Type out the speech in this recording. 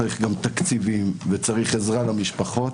צריך גם תקציבים וצריך עזרה למשפחות